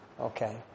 Okay